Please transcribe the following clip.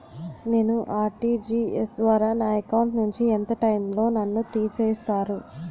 నేను ఆ.ర్టి.జి.ఎస్ ద్వారా నా అకౌంట్ నుంచి ఎంత టైం లో నన్ను తిసేస్తారు?